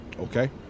Okay